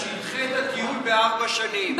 אז שידחה את הטיול בארבע שנים.